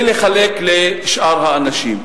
ולחלק לשאר האנשים.